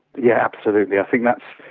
yeah absolutely, i think that's,